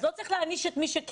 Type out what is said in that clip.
אז לא צריך להעניש את מי שכן.